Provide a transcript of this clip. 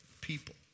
people